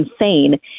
insane